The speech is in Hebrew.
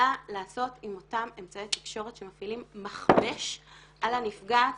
מה לעשות עם אותם אמצעי תקשורת שמפעילים מכבש על הנפגעת,